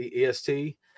EST